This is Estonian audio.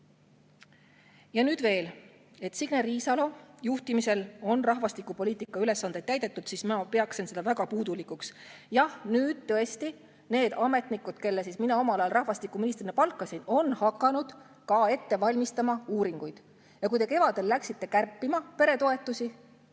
nüüd veel. Kui Signe Riisalo juhtimisel on rahvastikupoliitika ülesandeid täidetud, siis ma peaksin seda väga puudulikuks. Jah, nüüd tõesti need ametnikud, kelle mina omal ajal rahvastikuministrina palkasin, on hakanud ette valmistama uuringuid. Kui te kevadel läksite kärpima peretoetusi,